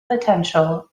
potential